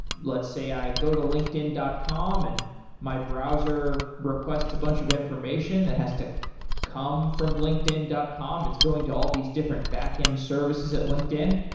let's say i go to linkedin dot com and my browser requests a bunch of information that has to come from linkedin dot com. it's going to all these different backend services at linkedin.